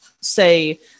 say